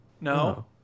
No